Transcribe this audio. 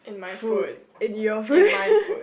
food in your